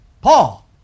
Paul